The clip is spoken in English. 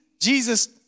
Jesus